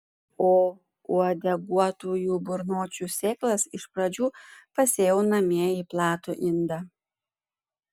o uodeguotųjų burnočių sėklas iš pradžių pasėjau namie į platų indą